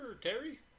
Terry